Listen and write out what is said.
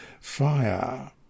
fire